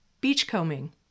beachcombing